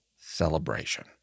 celebration